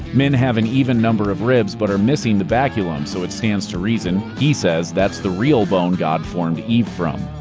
men have an even number of ribs but are missing the baculum, so it stands to reason, he says, that's the real bone god formed eve from.